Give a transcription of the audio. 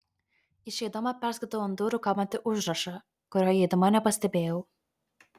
išeidama perskaitau ant durų kabantį užrašą kurio įeidama nepastebėjau